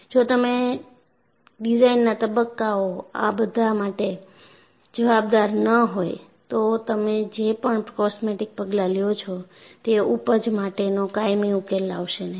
જો તમે ડિઝાઇનના તબક્કાઓ આ બધાં માટે જવાબદાર ન હોય તો તમે જે પણ કોસ્મેટિક પગલાં લ્યો છો તે ઊપજ માટેનો કાયમી ઉકેલ લાવશે નહીં